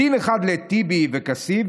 דין אחד לטיבי וכסיף,